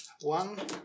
One